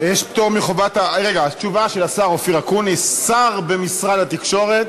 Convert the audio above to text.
תשובה של השר אופיר אקוניס, שר במשרד התקשורת.